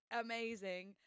amazing